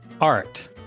art